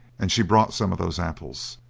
and she brought some of those apples.